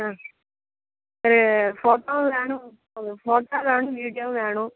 ஆ இது ஃபோட்டோ வேணும் கொஞ்சம் ஃபோட்டோவும் வேணும் வீடியோவும் வேணும்